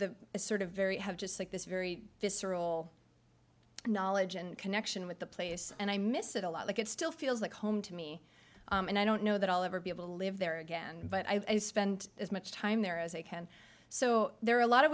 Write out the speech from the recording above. the sort of very have just like this very visceral knowledge and connection with the place and i miss it a lot like it still feels like home to me and i don't know that i'll ever be able to live there again but i spend as much time there as i can so there are a lot of